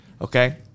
okay